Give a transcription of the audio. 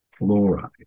fluoride